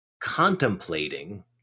contemplating